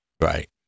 Right